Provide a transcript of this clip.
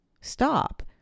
stop